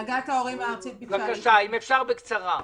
בבקשה, אם אפשר בקצרה.